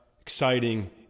exciting